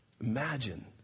Imagine